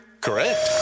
Correct